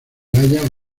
haya